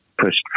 push